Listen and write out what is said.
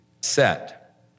set